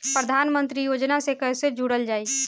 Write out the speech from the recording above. प्रधानमंत्री योजना से कैसे जुड़ल जाइ?